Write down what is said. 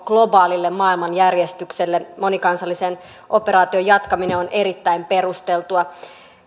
globaalille maailmanjärjestykselle monikansallisen operaation jatkaminen on erittäin perusteltua